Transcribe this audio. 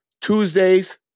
Tuesdays